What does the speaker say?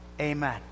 Amen